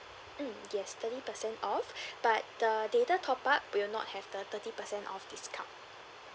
mm yes thirty percent off but the data top up will not have the thirty percent off discount